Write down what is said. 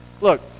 Look